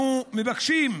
אנחנו מבקשים,